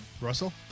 Russell